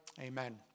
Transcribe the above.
Amen